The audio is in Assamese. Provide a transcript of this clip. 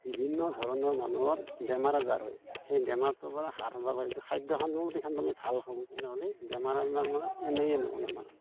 বিভিন্ন ধৰণৰ মানুহৰ বেমাৰ আজাৰ হয় সেই বেমাৰটোৰ পৰা হাত সাৰা যায়